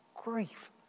grief